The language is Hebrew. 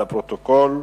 לפרוטוקול.